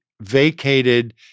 vacated